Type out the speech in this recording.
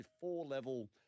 four-level